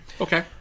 Okay